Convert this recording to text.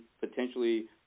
potentially